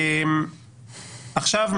עכשיו,